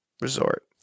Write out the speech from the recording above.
resort